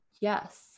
Yes